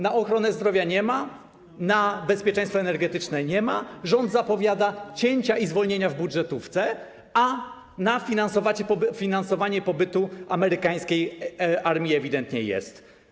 Na ochronę zdrowia nie ma, na niebezpieczeństwo energetyczne nie ma, rząd zapowiada cięcia i zwolnienia w budżetówce, a na finansowanie pobytu amerykańskiej armii ewidentnie jest.